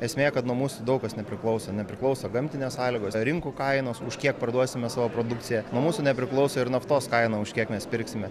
esmė kad nuo mūsų daug kas nepriklauso nepriklauso gamtinės sąlygos ar rinkų kainos už kiek parduosime savo produkciją nuo mūsų nepriklauso ir naftos kaina už kiek mes pirksime